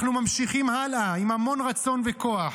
אנחנו ממשיכים הלאה עם המון רצון וכוח.